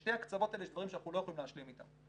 בשני הקצוות האלה יש דברים שאנחנו לא יכולים להשלים איתם.